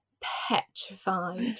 Petrified